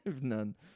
None